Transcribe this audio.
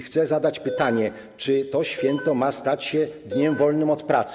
Chcę zadać pytanie: Czy to święto ma stać się dniem wolnym od pracy?